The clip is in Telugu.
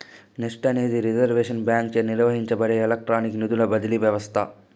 నెస్ట్ అనేది రిజర్వ్ బాంకీచే నిర్వహించబడే ఎలక్ట్రానిక్ నిధుల బదిలీ వ్యవస్త